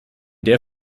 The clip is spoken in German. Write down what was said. der